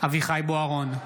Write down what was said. אביחי אברהם בוארון,